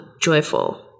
joyful